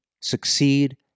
succeed